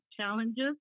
challenges